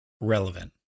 relevant